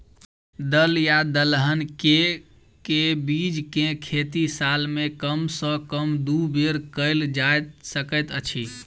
दल या दलहन केँ के बीज केँ खेती साल मे कम सँ कम दु बेर कैल जाय सकैत अछि?